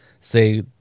say